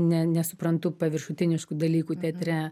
ne nesuprantu paviršutiniškų dalykų teatre